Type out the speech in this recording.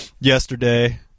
yesterday